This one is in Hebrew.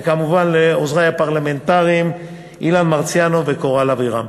וכמובן לעוזרי הפרלמנטריים אילן מרסיאנו וקורל אבירם.